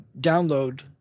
download